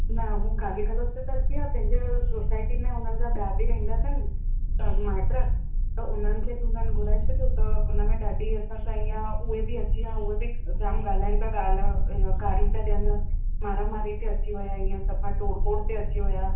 न उहो गाली गलोच ते त अची विया पंहिंजे सोसायटी में हुननि जा ॿिया बि रहंदा अथनि त माइट त उन्हनि खे बि त हुननि घुराए छॾियो त हुन में ॾाढी असां सां इअं त उहे बि अची विया उहे बि जाम ॻाल्हाइनि पिया गाल गारियूं पिया ॾियनि मारामारी ते अची विया इहो सफ़ा टोड़ फोड़ ते अची विया